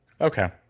okay